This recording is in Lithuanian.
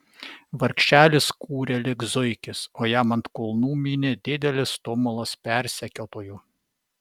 vargšelis kūrė lyg zuikis o jam ant kulnų mynė didelis tumulas persekiotojų